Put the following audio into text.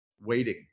waiting